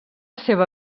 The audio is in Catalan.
seva